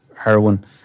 heroin